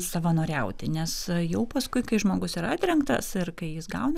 savanoriauti nes jau paskui kai žmogus yra atrinktas ir kai jis gauna